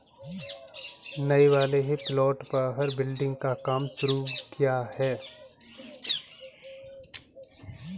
नए वाले प्लॉट पर बिल्डिंग का काम शुरू किया है